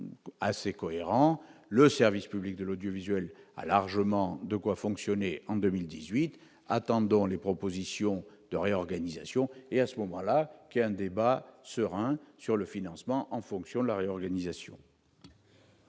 Restons cohérents ! Le service public de l'audiovisuel a largement de quoi fonctionner en 2018. Attendons les propositions de réorganisation et, à ce moment-là, nous aurons un débat serein sur le financement, en fonction de la réorganisation